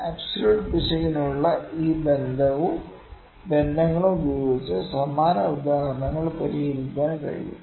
absolute പിശകിനുള്ള ഈ ബന്ധവും ബന്ധങ്ങളും ഉപയോഗിച്ച് സമാന ഉദാഹരണങ്ങൾ പരിഹരിക്കാൻ കഴിയും